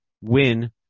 win